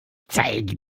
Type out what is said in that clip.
zeige